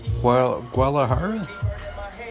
Guadalajara